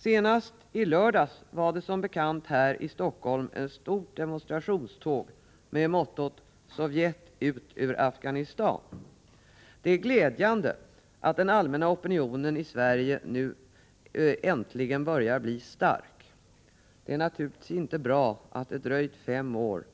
Senast i lördags var det som bekant här i Stockholm ett stort demonstrationståg med mottot ”Sovjet ut ur Afghanistan”. Det är glädjande att den allmänna opinionen i Sverige nu äntligen börjar bli stark. Det är naturligtvis inte bra att det dröjt fem år,